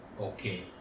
Okay